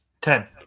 Ten